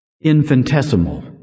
infinitesimal